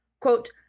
quote